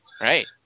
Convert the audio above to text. Right